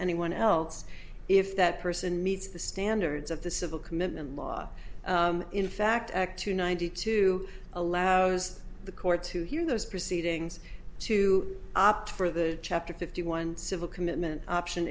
anyone else if that person meets the standards of the civil commitment law in fact act two ninety two allows the court to hear those proceedings to opt for the chapter fifty one civil commitment option